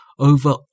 over